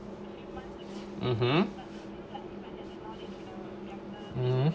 (uh huh) uh